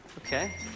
Okay